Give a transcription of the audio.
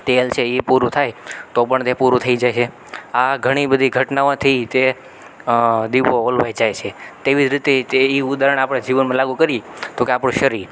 તેલ છે એ પૂરું થાય તો પણ તે પૂરું થઈ જાય આ ઘણીબધી ઘટનામાંથી તે દીવો ઓલવાઈ જાય છે તેવી રીતે તે એ ઉદાહરણ આપણે જીવનમાં લાગુ કરીએ તોકે આપણું શરીર